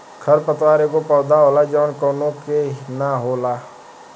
खर पतवार एगो पौधा होला जवन कौनो का के न हो खेला